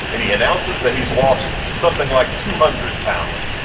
and he announces that he's lost something like two hundred pounds,